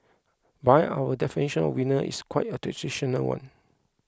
by our definition of winners is quite a traditional one